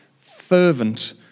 fervent